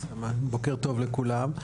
בוקר טוב לכולם,